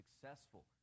successful